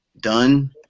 done